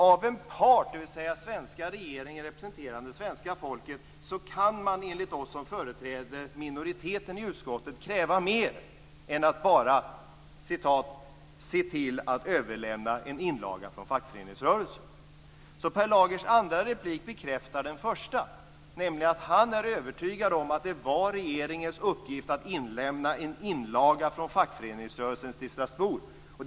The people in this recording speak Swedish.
Av en part, dvs. svenska regeringen representerande svenska folket, kan man enligt oss som företräder minoriteten i utskottet kräva mer än att man bara "ser till att överlämna en inlaga från fackföreningen". Per Lagers andra replik bekräftar den första, nämligen att han är övertygad om att det var regeringens uppgift att inlämna en inlaga från fackföreningsrörelsen till Strasbourg.